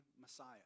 Messiah